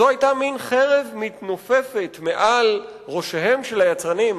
זו היתה מין חרב מתנופפת מעל ראשיהם של היצרנים,